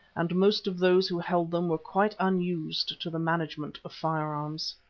and most of those who held them were quite unused to the management of firearms.